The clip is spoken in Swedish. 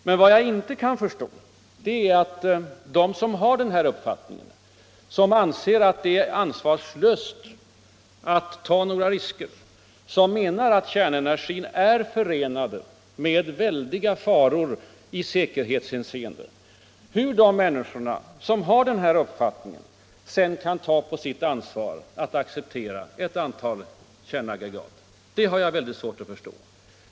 Men vad jag inte kan förstå är att de som har denna uppfattning - som anser att det är ansvarslöst att ta några risker, som menar att kärnenergin är förenad med väldiga faror i säkerhetshänseende — ändå kan ta på sitt ansvar att acceptera ett antal kärnaggregat.